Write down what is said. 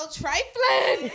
trifling